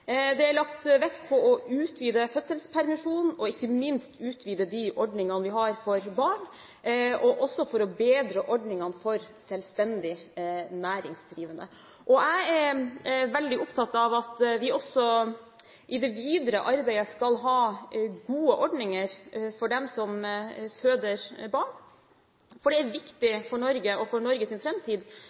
Det er lagt vekt på å utvide fødselspermisjonen og ikke minst utvide de ordningene vi har for barn, og også å bedre ordningene for selvstendig næringsdrivende. Jeg er veldig opptatt av at vi også i det videre arbeidet skal ha gode ordninger for dem som føder barn, for det er viktig for Norge og for